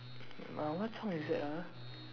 uh what song is that ah